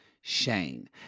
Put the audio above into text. Shane